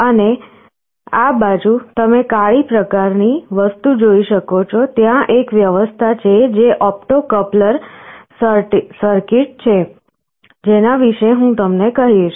અને આ બાજુ તમે કાળી પ્રકારની વસ્તુ જોઈ શકો છો ત્યાં એક વ્યવસ્થા છે જે ઓપ્ટો કપ્લર સર્કિટ છે જેના વિશે હું તમને કહીશ